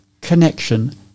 connection